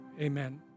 Amen